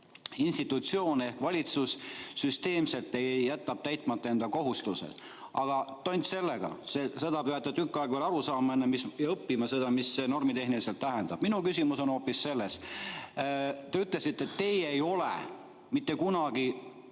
institutsioon ehk valitsus süsteemselt jätab täitmata enda kohustused. Aga tont sellega, seda peate tükk aega veel õppima, et aru saada, mis see normitehniliselt tähendab. Minu küsimus on hoopis selles: te ütlesite, et teie ei ole mitte kunagi